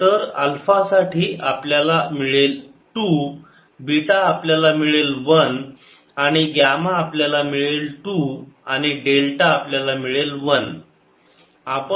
तर अल्फा साठी आपल्याला मिळेल 2 बीटा आपल्याला मिळेल 1 ग्यामा आपल्याला मिळेल 2 आणि डेल्टा आपल्याला मिळेल 1